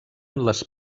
les